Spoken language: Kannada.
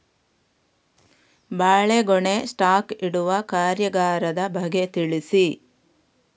ಬಾಳೆಗೊನೆ ಸ್ಟಾಕ್ ಇಡುವ ಕಾರ್ಯಗಾರದ ಬಗ್ಗೆ ತಿಳಿಸಿ